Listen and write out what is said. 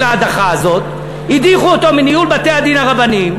להדחה הזאת מניהול בתי-הדין הרבניים,